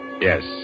yes